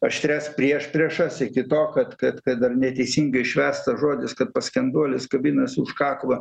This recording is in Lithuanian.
aštrias priešpriešas iki to kad kad kad dar neteisingai išverstas žodis kad paskenduolis kabinasi už kaklo